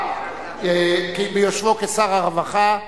ביושבו כשר הרווחה,